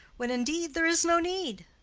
when indeed there is no need.